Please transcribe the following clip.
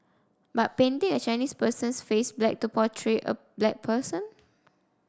but painting a Chinese person's face black to portray a black person